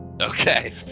Okay